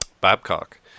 Babcock